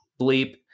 Bleep